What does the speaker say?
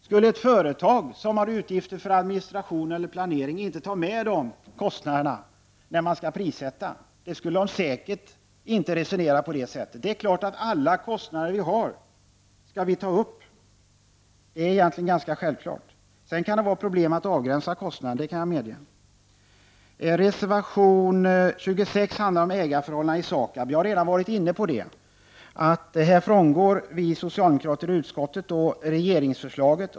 Skulle ett företag som har utgifter för administration eller planering inte ta med de kostnaderna när man prissätter? Det skulle säkert inte resonera på det sättet. Det är klart att vi skall ta upp alla kostnader vi har. Det är egentligen ganska självklart. Sedan kan det vara problem att avgränsa kostnaderna — det kan jag medge. Reservation 26 handlar om ägarförhållandena i SAKAB. Jag har redan varit inne på att vi socialdemokrater i utskottet här frångår regeringsförslaget.